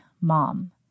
mom